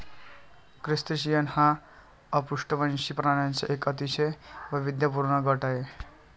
crustacean हा अपृष्ठवंशी प्राण्यांचा एक अतिशय वैविध्यपूर्ण गट आहे